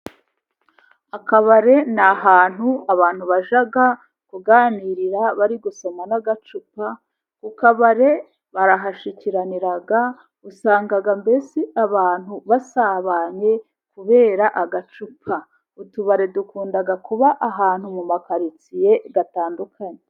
Akabari ni ahantu abantu bajya kuganirira bari gusoma n'agacupa, ku kabare barahashyikiranira, usanga mbese abantu basabanye kubera agacupa, utubari dukunda kuba ahantu mu mamakaritsiye atandukanye.